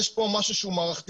יש פה משהו שהוא מערכתי.